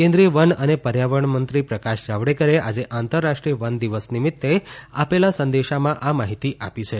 કેન્દ્રિય વન અને પર્યાવરણ મંત્રી પ્રકાશ જાવડેકરે આજે આંતરરાષ્ટ્રીય વન દિવસ નિમિત્તે આપેલા સંદેશામાં આ માહિતી આપી છે